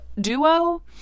duo